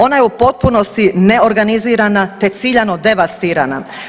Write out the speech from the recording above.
Ona je u potpunosti neorganizirana te ciljano devastirana.